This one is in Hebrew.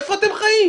איפה אתם חיים?